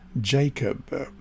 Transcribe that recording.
Jacob